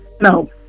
no